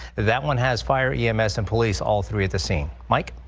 that one has fire, e m s, and police all three at the scene. mike?